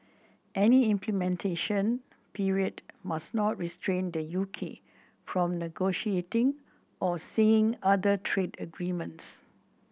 any implementation period must not restrain the U K from negotiating or seeing other trade agreements